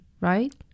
right